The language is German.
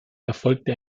erfolgte